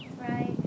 right